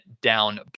down